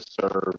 serve